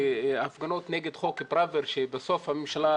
הפגנות נגד חוק ברור שבסוף הממשלה